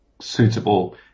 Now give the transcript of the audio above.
suitable